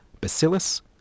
Bacillus